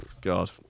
God